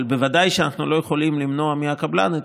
אבל בוודאי שאנחנו לא יכולים למנוע מהקבלן את